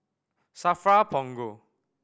SAFRA Punggol